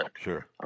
Sure